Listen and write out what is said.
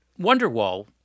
Wonderwall